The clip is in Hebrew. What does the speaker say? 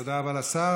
תודה רבה לשר.